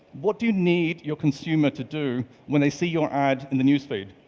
what do you need your consumer to do when they see your ad in the newsfeed?